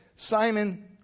Simon